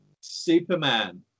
Superman